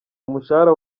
umushahara